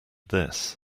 this